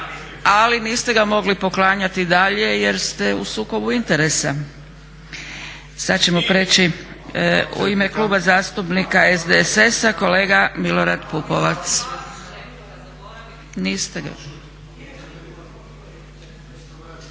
ali niste ga mogli poklanjati dalje jer ste u sukobu interesa. Sad ćemo prijeći, u ime Kluba zastupnika SDSS-a kolega Milorad Pupovac. **Pupovac,